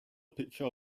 picture